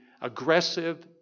aggressive